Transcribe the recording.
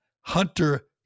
Hunter